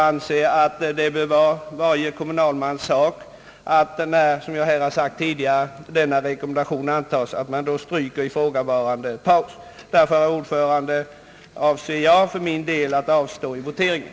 Därför, herr talman, avser jag att avstå vid voteringen.